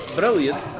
brilliant